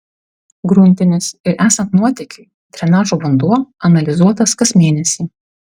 gruntinis ir esant nuotėkiui drenažo vanduo analizuotas kas mėnesį